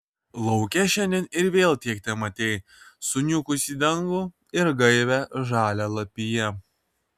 lauke šiandien ir vėl tiek tematei suniukusį dangų ir gaivią žalią lapiją